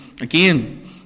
again